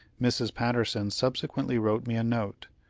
mrs. patterson subsequently wrote me a note,